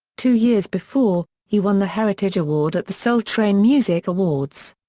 two years before, he won the heritage award at the soul train music awards.